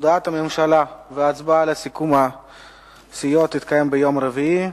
הודעת הממשלה והצבעה על סיכום הסיעות יתקיימו ביום רביעי.